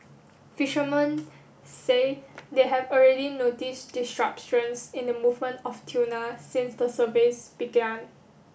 fishermen say they have already noticed disruptions in the movement of tuna since the surveys began